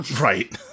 Right